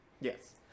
Yes